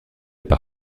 par